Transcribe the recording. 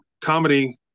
comedy